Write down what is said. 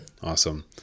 Awesome